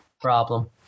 problem